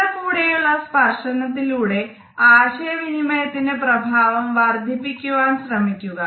കൂടെക്കൂടെയുള്ള സ്പർശനത്തിലൂടെ ആശയ വിനിമയത്തിന്റേ പ്രഭാവം വർദ്ധിപ്പിക്കുവാൻ ശ്രമിക്കുക